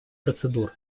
процедур